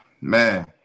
man